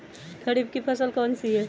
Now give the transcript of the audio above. खरीफ की फसल कौन सी है?